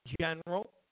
general